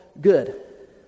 good